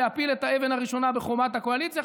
להפיל את האבן הראשונה בחומת הקואליציה.